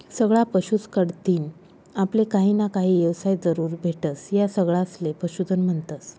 सगळा पशुस कढतीन आपले काहीना काही येवसाय जरूर भेटस, या सगळासले पशुधन म्हन्तस